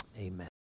amen